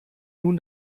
nun